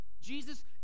Jesus